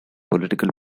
political